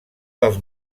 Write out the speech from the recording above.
dels